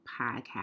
Podcast